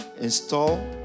Install